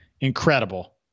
incredible